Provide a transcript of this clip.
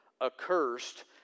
accursed